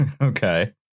Okay